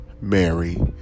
Mary